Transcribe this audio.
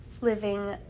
living